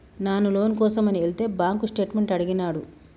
నాను లోను కోసమని ఎలితే బాంక్ స్టేట్మెంట్ అడిగినాడు